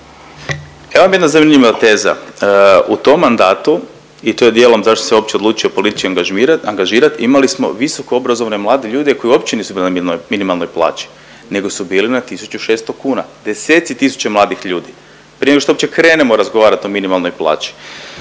Evo vam jedna zanimljiva teza. U tom mandatu i to je dijelom zašto sam se uopće odlučio politički angažirat, imali smo visoko obrazovane mlade ljudi koji uopće nisu bili na minimalnoj plaći nego su bili na 1.600 kn, deseci tisuća mladih ljudi. Prije nego što uopće krenemo razgovarat o minimalnoj plaći.